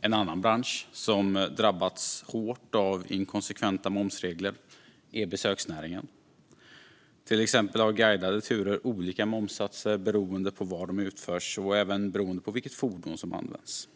En annan bransch som drabbats hårt av inkonsekventa momsregler är besöksnäringen. Till exempel har guidade turer olika momssatser beroende på var de utförs och även beroende på vilket fordon som används.